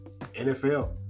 NFL